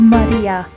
Maria